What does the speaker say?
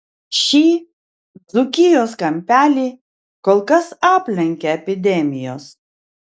šį dzūkijos kampelį kol kas aplenkia epidemijos